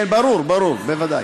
ברור, ודאי.